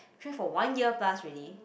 train for one year plus already